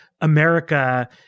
America